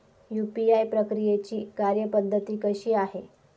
UPI प्रक्रियेची कार्यपद्धती कशी आहे?